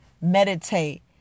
Meditate